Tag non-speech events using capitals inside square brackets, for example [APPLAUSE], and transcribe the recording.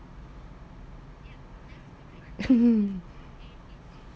[LAUGHS]